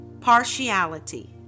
partiality